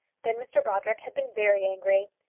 then mr brodrick had been very angry.